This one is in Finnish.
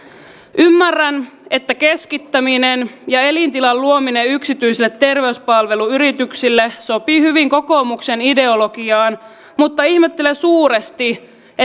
ymmärrän että keskittäminen ja elintilan luominen yksityisille terveyspalveluyrityksille sopii hyvin kokoomuksen ideologiaan mutta ihmettelen suuresti